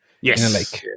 Yes